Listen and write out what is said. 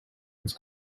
its